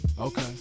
Okay